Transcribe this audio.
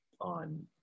on